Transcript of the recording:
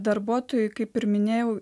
darbuotojui kaip ir minėjau